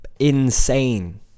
insane